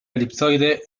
elipsoide